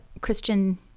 Christian